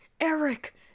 Eric